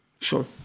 sure